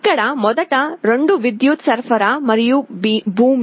ఇక్కడ మొదటి రెండు విద్యుత్ సరఫరా మరియు భూమి